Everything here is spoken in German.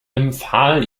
empfahl